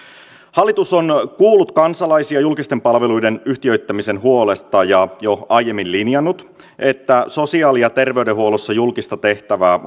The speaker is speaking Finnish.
hallitus on kuullut kansalaisia julkisten palveluiden yhtiöittämisen huolesta ja jo aiemmin linjannut että sosiaali ja terveydenhuollossa julkista tehtävää